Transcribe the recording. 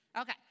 Okay